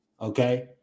Okay